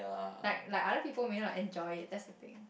like like other people may not enjoy it that's the thing